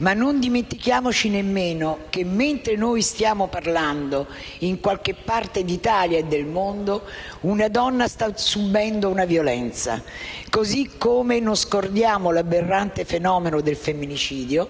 Ma non dimentichiamoci nemmeno che, mentre noi stiamo parlando, in qualche parte d'Italia o del mondo, una donna sta subendo una violenza. Così come non scordiamo l'aberrante fenomeno del femminicidio